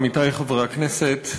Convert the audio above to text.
עמיתי חברי הכנסת,